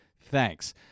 Thanks